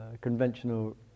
conventional